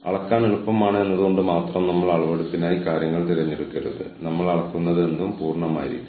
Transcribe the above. അതിനാൽ ഇതെല്ലാം ഒരു തരത്തിൽ എല്ലാം പരസ്പരം ബന്ധപ്പെട്ടിരിക്കുന്നു